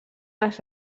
les